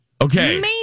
Okay